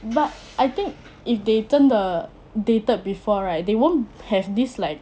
but I think if they 真的 dated before right they won't have this like